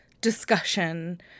discussion